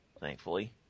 thankfully